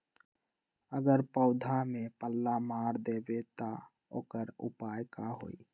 अगर पौधा में पल्ला मार देबे त औकर उपाय का होई?